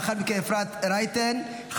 לאחר מכן אפרת רייטן,